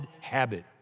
habit